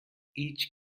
each